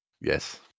Yes